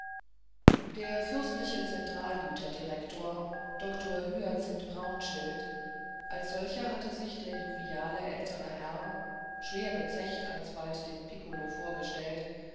der fürstliche zentralgüterdirektor dr hyacinth braunschild als solcher hatte sich der joviale ältere herr schwer bezecht alsbald dem pikkolo vorgestellt